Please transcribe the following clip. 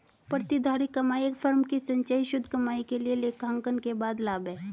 प्रतिधारित कमाई एक फर्म की संचयी शुद्ध कमाई के लिए लेखांकन के बाद लाभ है